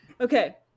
okay